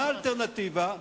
מה האלטרנטיבה?